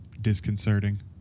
disconcerting